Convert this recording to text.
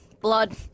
Blood